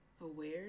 aware